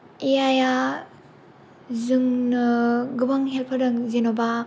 ए आइ या जोंनो गोबां हेल्प होदों जेन'बा